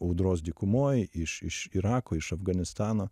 audros dykumoj iš iš irako iš afganistano